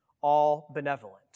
all-benevolent